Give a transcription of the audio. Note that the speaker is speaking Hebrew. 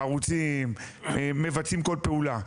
חרוצים ומבצעים כל פעולה.